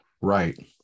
Right